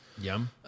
Yum